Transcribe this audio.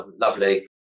lovely